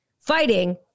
fighting